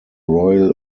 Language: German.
royal